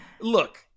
look